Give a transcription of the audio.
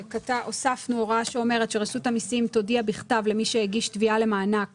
הוספנו הוראה שאומרת "...רשות המיסים תודיע בכתב למי שהגיש תביעה למענק